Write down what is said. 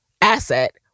asset